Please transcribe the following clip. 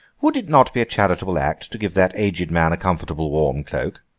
would it not be a charitable act to give that aged man a comfortable warm cloak